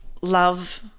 love